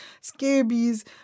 scabies